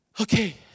Okay